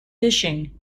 fishing